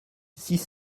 six